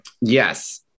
Yes